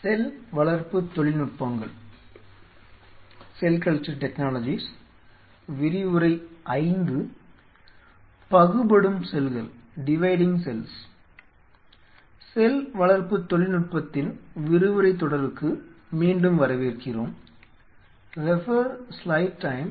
செல் வளர்ப்பு தொழில்நுட்பத்தின் விரிவுரைத் தொடருக்கு மீண்டும் வரவேற்கிறோம்